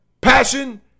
passion